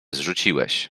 zrzuciłeś